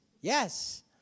Yes